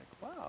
Wow